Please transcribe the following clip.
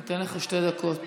שתי דקות,